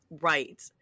Right